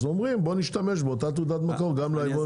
אז אומרים בואו נשתמש באותה תעודת מקור גם ליבואנים.